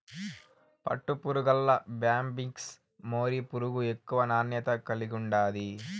పట్టుపురుగుల్ల Bombyx mori పురుగు ఎక్కువ నాణ్యత కలిగుండాది